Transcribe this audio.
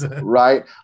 Right